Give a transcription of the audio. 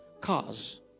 cars